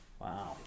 wow